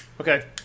Okay